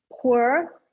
poor